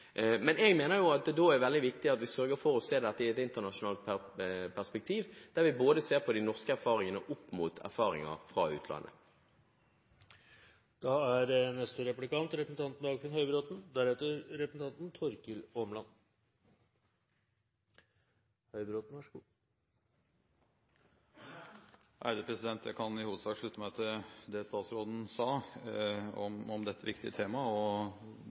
Men jeg mener at det da er veldig viktig at vi sørger for å se dette i et internasjonalt perspektiv, der vi ser på de norske erfaringene opp mot erfaringer fra utlandet. Jeg kan i hovedsak slutte meg til det statsråden sa om dette viktige temaet, og